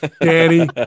Danny